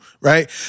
right